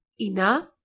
enough